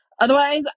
Otherwise